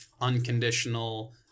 unconditional